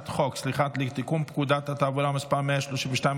לתיקון פקודת התעבורה (מס' 132,